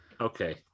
Okay